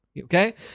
okay